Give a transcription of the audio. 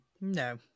No